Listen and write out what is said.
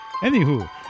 Anywho